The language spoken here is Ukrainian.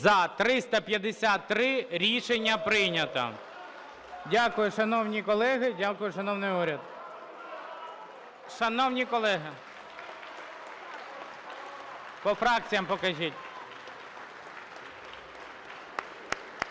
За-353 Рішення прийнято.